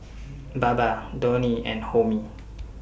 Baba Dhoni and Homi